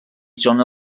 zona